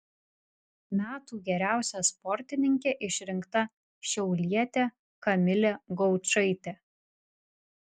metų geriausia sportininke išrinkta šiaulietė kamilė gaučaitė